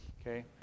Okay